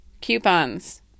coupons